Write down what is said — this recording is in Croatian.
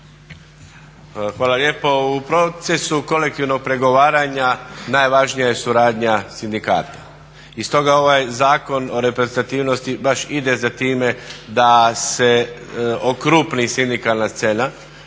Hvala lijepo. U procesu kolektivnog pregovaranja najvažnija je suradnja sindikata i stoga ovaj Zakon o reprezentativnosti baš ide za time da se okrupni sindikalna scena